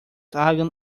hagan